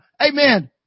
Amen